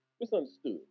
misunderstood